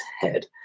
head